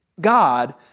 God